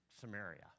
Samaria